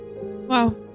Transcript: Wow